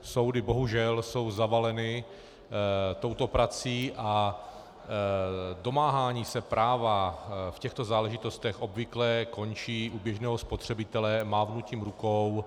Soudy bohužel jsou zavaleny touto prací a domáhání se práva v těchto záležitostech obvykle končí u běžného spotřebitele mávnutím rukou.